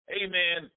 amen